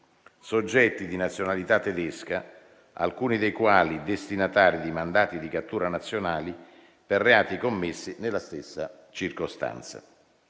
soggetti di nazionalità tedesca, alcuni dei quali destinatari di mandati di cattura nazionali per reati commessi nella stessa circostanza.